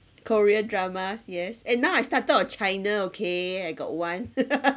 korean dramas yes eh now I started on china okay I got one